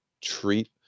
treat